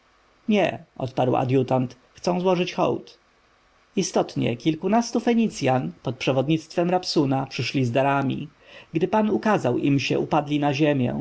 nie odparł adjutant chcą złożyć hołd istotnie kilkunastu fenicjan pod przewodnictwem rabsuna przyszli z darami gdy pan ukazał im się upadli na ziemię